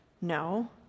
No